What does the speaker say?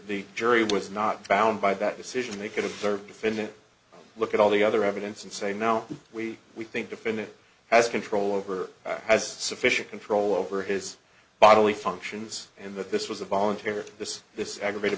the jury was not bound by that decision they could observe defendant look at all the other evidence and say now we we think defendant has control over has sufficient control over his bodily functions and that this was a voluntary or this this aggravated